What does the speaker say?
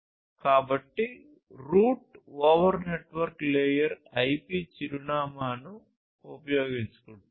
కాబట్టి route over network layer IP చిరునామాను ఉపయోగించుకుంటుంది